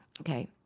okay